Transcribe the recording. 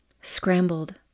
scrambled